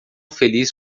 feliz